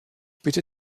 bitte